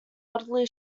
oddly